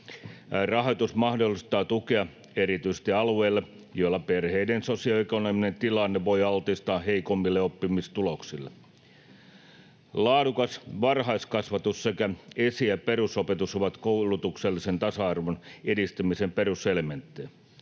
Rahoitus mahdollistaa tukea erityisesti alueille, joilla perheiden sosioekonominen tilanne voi altistaa heikommille oppimistuloksille. Laadukas varhaiskasvatus sekä esi- ja perusopetus ovat koulutuksellisen tasa-arvon edistämisen peruselementtejä.